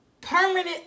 permanent